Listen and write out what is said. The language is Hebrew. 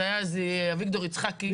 זה היה אביגדור יצחקי.